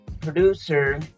producer